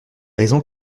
raisons